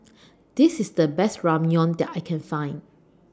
This IS The Best Ramyeon that I Can Find